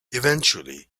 eventually